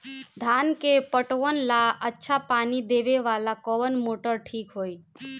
धान के पटवन ला अच्छा पानी देवे वाला कवन मोटर ठीक होई?